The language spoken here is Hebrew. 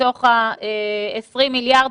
מתוך ה-20 מיליארד,